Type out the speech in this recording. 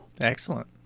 Excellent